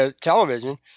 television